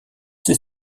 ses